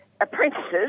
apprentices